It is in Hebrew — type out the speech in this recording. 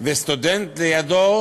וסטודנט לידו,